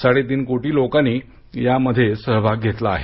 साडे तीन कोटी लोकांनी या मध्ये सहभाग घेतला आहे